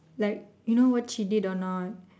like you know what she did or not